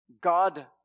God